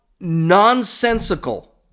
nonsensical